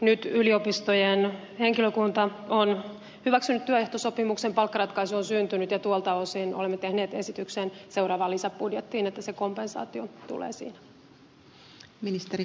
nyt yliopistojen henkilökunta on hyväksynyt työehtosopimuksen palkkaratkaisu on syntynyt ja tuolta osin olemme tehneet esityksen seuraavaan lisäbudjettiin että se kompensaatio tulee siinä